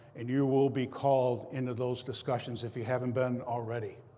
and you will be called into those discussions if you haven't been already.